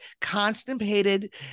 constipated